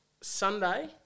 Sunday